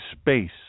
space